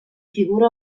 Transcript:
figura